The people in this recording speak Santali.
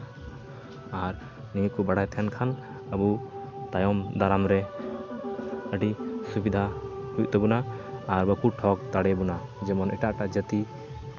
ᱟᱨ ᱱᱤᱭᱟᱹ ᱠᱩ ᱵᱟᱲᱟᱭ ᱛᱟᱦᱮᱱ ᱠᱷᱟᱱ ᱟᱵᱚ ᱛᱟᱭᱚᱢ ᱫᱟᱨᱟᱢ ᱨᱮ ᱟᱹᱰᱤ ᱥᱩᱵᱤᱫᱟ ᱦᱩᱭᱩᱜ ᱛᱟᱵᱚᱱᱟ ᱟᱨ ᱵᱟᱠᱩ ᱴᱷᱚᱠ ᱫᱟᱲᱮᱭᱟᱵᱚᱱᱟ ᱟᱨ ᱡᱮᱢᱚᱱ ᱮᱴᱟᱜ ᱮᱴᱟᱜ ᱡᱟᱹᱛᱤ